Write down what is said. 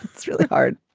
it's really hard.